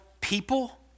people